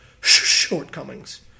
shortcomings